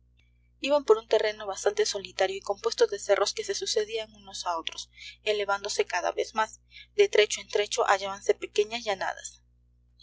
iban por un terreno bastante solitario y compuesto de cerros que se sucedían unos a otros elevándose cada vez más de trecho en trecho hallábanse pequeñas llanadas